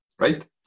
Right